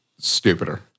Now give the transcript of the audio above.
Stupider